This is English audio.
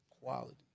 quality